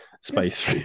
space